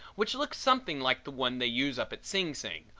which looks something like the one they use up at sing sing,